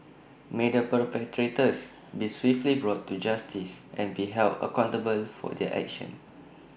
may the perpetrators be swiftly brought to justice and be held accountable for their actions